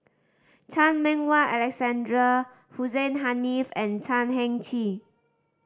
Chan Meng Wah Alexander Hussein Haniff and Chan Heng Chee